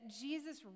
Jesus